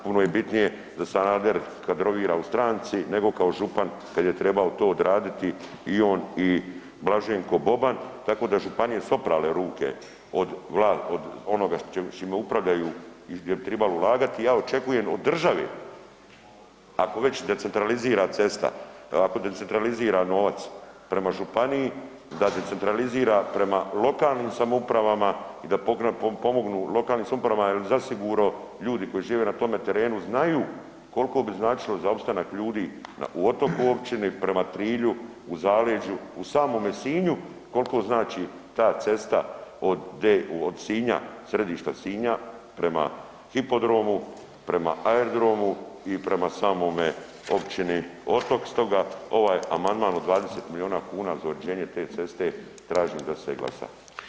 Puno je bitnije da Sanader kadrovira u stranci nego kao župan kad je trebao to odraditi i on i Blaženko Boban, tako da županije su oprale ruke od onoga čime upravljaju jer bi tribalo ulagati i ja očekujem od države, ako već decentalizira cesta, ako decentralizira novac prema županiji da decentralizira prema lokalnim samoupravama i da pomognu lokalnim samoupravama jer zasigurno ljudi koji žive na tome terenu znaju koliko bi značilo za opstanak ljudi u Otoku općini, prema Trilju u zaleđu, u samome Sinju koliko znači ta cesta od D, od Sinja središta Sinja prema hipodromu, prema aerodromu i prema samome općini Otok stoga ovaj amandman od 20 miliona kuna uređenje te ceste tražim da se glasa.